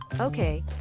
okay.